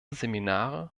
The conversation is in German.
seminare